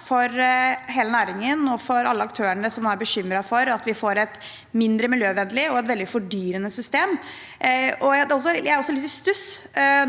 for hele næringen og for alle aktørene som er bekymret for at vi får et mindre miljøvennlig og veldig fordyrende system. Jeg er også litt i stuss